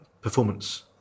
performance